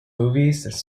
movies